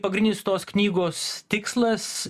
pagrindinis tos knygos tikslas